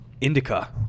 Indica